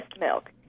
milk